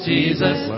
Jesus